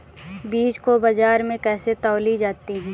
बीज को बाजार में कैसे तौली जाती है?